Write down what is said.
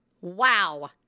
Wow